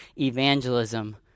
evangelism